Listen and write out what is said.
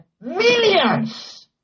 millions